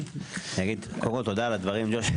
תודה על הדברים, ג'וש.